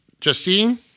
Justine